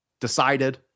decided